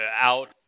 out